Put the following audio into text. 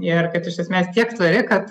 ir kad iš esmės tiek tvari kad